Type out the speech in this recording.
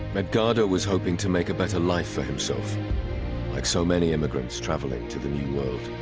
edgardo was hoping to make a better life for himself like so many immigrants traveling to the new world